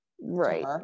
right